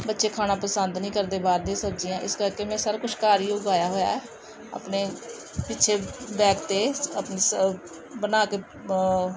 ਬੱਚੇ ਖਾਣਾ ਪਸੰਦ ਨਹੀਂ ਕਰਦੇ ਬਾਹਰ ਦੀਆਂ ਸਬਜ਼ੀਆਂ ਇਸ ਕਰਕੇ ਮੈਂ ਸਾਰਾ ਕੁਛ ਘਰ ਹੀ ਉਗਾਇਆ ਹੋਇਆ ਆਪਣੇ ਪਿੱਛੇ ਬੈਕ 'ਤੇ ਆਪਣੀ ਸ ਬਣਾ ਕੇ